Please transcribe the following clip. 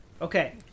Okay